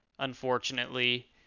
unfortunately